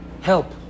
help